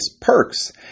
perks